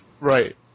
Right